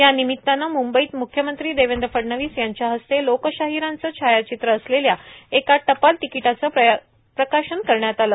या निमित्तानं मुंबईत म्ख्यमंत्री देवेंद्र फडणवीस यांच्या हस्ते त्यांचं छायाचित्र असलेल्या एका टपाल तिकीटाचं प्रकाशन करण्यात आलं